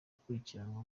gukurikiranwa